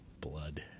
blood